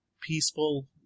peaceful